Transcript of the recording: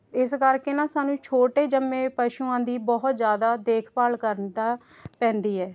ਇਸ ਕਰਕੇ ਨਾ ਸਾਨੂੰ ਛੋਟੇ ਜੰਮੇ ਪਸ਼ੂਆਂ ਦੀ ਬਹੁਤ ਜ਼ਿਆਦਾ ਦੇਖਭਾਲ ਕਰਂਦਾ ਤਾਂ ਪੈਂਦੀ ਹੈ